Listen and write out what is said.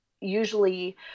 usually